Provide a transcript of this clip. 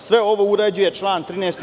Sve ovo uređuje član 13.